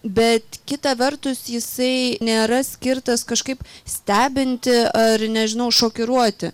bet kita vertus jisai nėra skirtas kažkaip stebinti ar nežinau šokiruoti